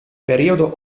periodo